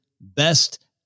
best